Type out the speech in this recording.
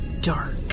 dark